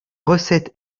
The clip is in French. recettes